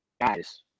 guys